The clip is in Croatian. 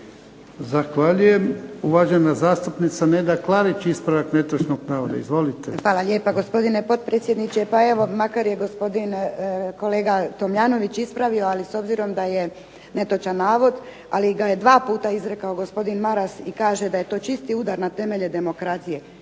Zahvaljujem. Uvažena zastupnica Neda Klarić ispravak netočnog navoda. Izvolite. **Klarić, Nedjeljka (HDZ)** Hvala lijepa gospodine potpredsjedniče. Pa evo makar je gospodin kolega Tomljanović ispravio, ali s obzirom da je netočan navod, ali ga je 2 puta izrekao gospodin Maras i kaže da je to čisti udar na temelje demokracije.